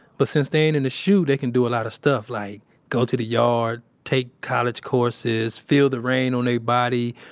but since they ain't in the shu, they can do a lot of stuff like go to the yard, take college courses, feel the rain on their body,